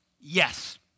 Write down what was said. Yes